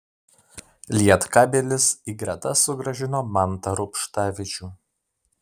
lietkabelis į gretas sugrąžino mantą rubštavičių